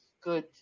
good